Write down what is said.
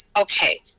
okay